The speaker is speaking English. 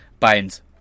Biden's